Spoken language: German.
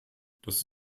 das